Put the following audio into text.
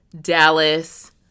Dallas